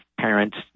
parents